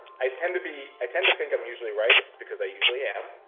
i tend to be, i tend to think i'm usually right, because i usually am,